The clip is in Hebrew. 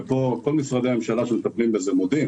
ופה כל משרדי הממשלה שמטפלים בזה מודים